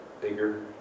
Bigger